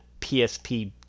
PSP